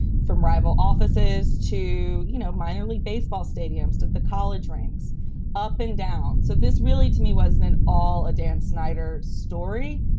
from rival offices to, you know, my only baseball stadiums to the college ranks up and down. so this really, to me, wasn't all a dan snyder story.